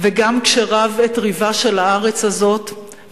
וגם כשרב את ריבה של הארץ הזאת,